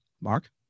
Mark